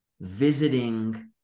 visiting